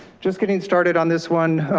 just getting started on this one.